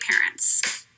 parents